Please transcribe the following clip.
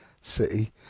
City